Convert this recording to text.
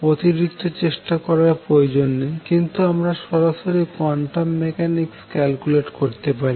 অতিরিক্ত চেষ্টা করার প্রয়োজন নেই কিন্তু আমরা সরাসরি কোয়ান্টাম মেকানিক্সে ক্যাল্কুলেট করতে পারি